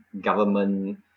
government